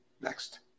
Next